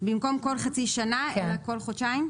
כל חצי שנה יהיה כל חודשיים.